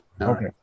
Okay